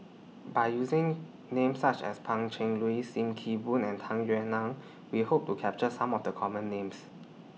By using Names such as Pan Cheng Lui SIM Kee Boon and Tung Yue Nang We Hope to capture Some of The Common Names